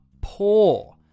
poor